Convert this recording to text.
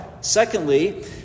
Secondly